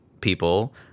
people